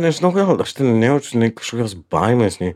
nežinau kodėl aš ten nejaučiu nei kažkokios baimės nei